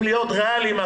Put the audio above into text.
אם להיות ריאליים,